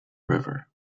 river